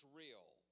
real